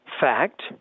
fact